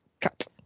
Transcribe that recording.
cut